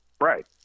Right